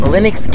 Linux